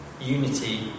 unity